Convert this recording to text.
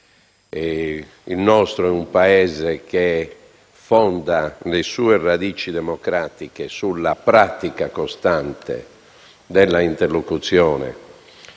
Il nostro è un Paese che fonda le proprie radici democratiche sulla pratica costante della interlocuzione